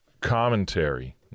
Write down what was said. commentary